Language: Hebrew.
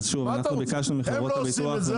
הן לא עושות את זה,